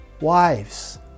wives